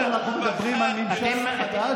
בעוד אנחנו מדברים על ממשל חדש,